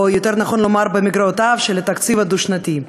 או יותר נכון לומר במגרעותיו של התקציב הדו-שנתי.